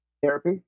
Therapy